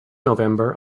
november